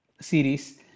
series